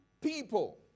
people